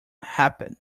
happen